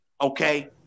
Okay